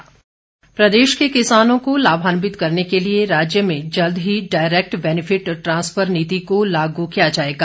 वीरेन्द्र कंवर प्रदेश के किसानों को लाभान्वित करने के लिए राज्य में जल्द ही डायरेक्ट बैनिफिट ट्रांसफर नीति को लागू किया जाएगा